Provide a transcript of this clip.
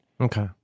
Okay